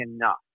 enough